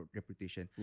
reputation